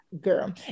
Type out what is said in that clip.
Girl